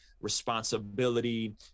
responsibility